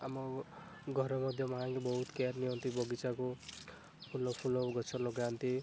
ଆମ ଘର ମଧ୍ୟ ମାଆ ବହୁତ କେୟାର ନିଅନ୍ତି ବଗିଚାକୁ ଫୁଲ ଫୁଲ ଗଛ ଲଗାନ୍ତି